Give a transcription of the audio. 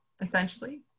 essentially